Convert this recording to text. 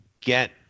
get